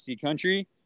country